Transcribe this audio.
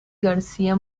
garcía